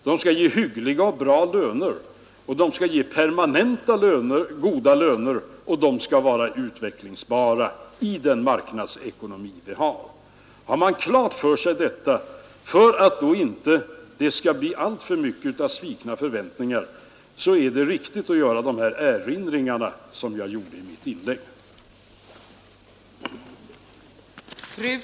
De skall ge hyggliga och permanenta löner, och de skall vara utvecklingsbara, i den marknadsekonomi det här gäller. För att det inte skall bli alltför många svikna förväntningar är det riktigt att göra de erinringar som jag gjorde i mitt tidigare inlägg.